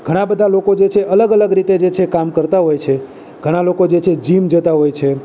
ઘણાં બધા લોકો જે છે અલગ અલગ રીતે જે છે કામ કરતા હોય છે ઘણા લોકો છે જે જીમ જતાં હોય છે